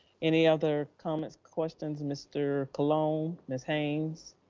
any other comments, questions? mr. colon, um ms. haynes,